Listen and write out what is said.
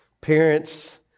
Parents